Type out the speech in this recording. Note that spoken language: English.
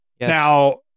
Now